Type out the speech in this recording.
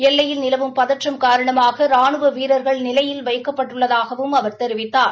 எல்லையில் நிலவும் பதற்றம் காரணமாக ராணுவ வீரர்கள் நிலையில் வைக்கப்பட்டுள்ளதாகவும் அவர் தெரிவித்தார்